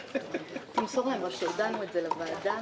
תמסור להם שהודענו על כך לוועדה.